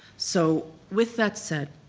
so, with that said,